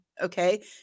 okay